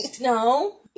No